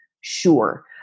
Sure